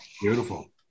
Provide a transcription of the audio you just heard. Beautiful